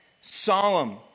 solemn